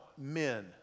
men